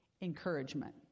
encouragement